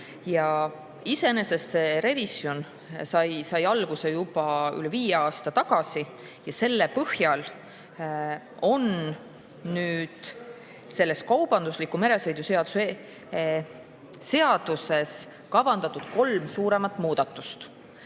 Iseenesest see revisjon sai alguse juba üle viie aasta tagasi ja selle põhjal on nüüd selles kaubandusliku meresõidu seaduses kavandatud kolm suuremat muudatust. Esiteks